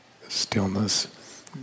Stillness